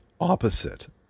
opposite